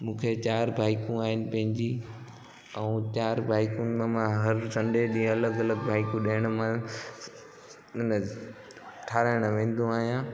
मूंखे चार बाईकूं आहिनि पंहिंजी ऐं चार बाईकुनि मां मां हर सन्डे ॾींहुं अलॻि अलॻि बाइक ॾियणु न ठहिराइणु वेंदो आहियां